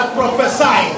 prophesy